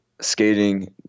skating